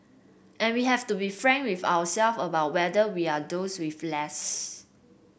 and we have to be frank with ourselves about whether we are those with less